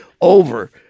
over